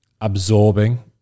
absorbing